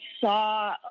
saw